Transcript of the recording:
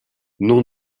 nom